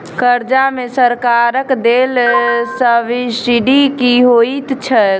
कर्जा मे सरकारक देल सब्सिडी की होइत छैक?